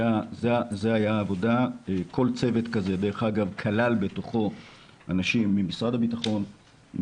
כל צוות כזה כלל בתוכו אנשים ממשרד הביטחון,